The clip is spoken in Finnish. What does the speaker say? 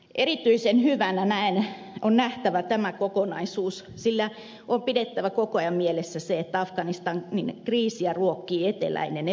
erityisen hyvänä on nähtävä tämä kokonaisuus sillä on pidettävä koko ajan mielessä se että afganistanin kriisiä ruokkii eteläinen epävakaus